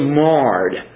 marred